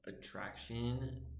attraction